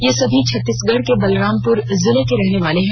ये समी छत्तीसगढ़ के बलरामपुर जिले के रहने वाले हैं